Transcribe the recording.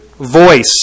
voice